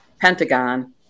Pentagon